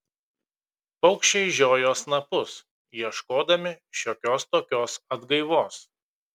paukščiai žiojo snapus ieškodami šiokios tokios atgaivos